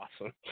awesome